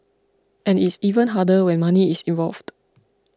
and it's even harder when money is involved